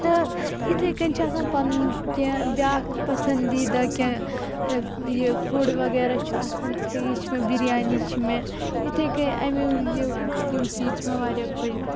تہٕ یِتھے کَنۍ چھِ آسان پَنُن کیٚنٛہہ بیاکھ پسنٛدیدہ کیٚنٛہہ فُڈ وغیرہ چھِ آسان تِتھے یہِ چھِ مےٚ بریانی چھِ مےٚ یِتھے کَنۍ امہِ یہِ یِم چیٖز چھِ مےٚ واریاہ خۄش گژھان